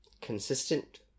Consistent